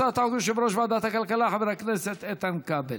יציג את הצעת החוק יושב-ראש ועדת הכלכלה חבר הכנסת איתן כבל.